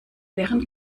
werden